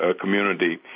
community